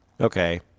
Okay